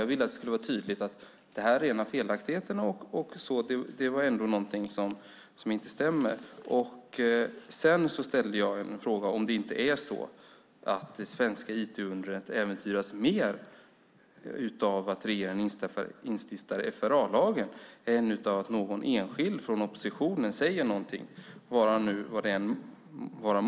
Jag ville att det som där var felaktigt tydligt skulle framgå och därmed visa att det är någonting som inte stämmer. Jag ställde också frågan om det inte är så att det svenska IT-undret äventyras mer av regeringens instiftande av FRA-lagen än av att någon enskild från oppositionen säger någonting - vad det än må vara.